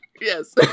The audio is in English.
Yes